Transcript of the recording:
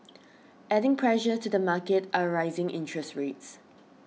adding pressure to the market are rising interest rates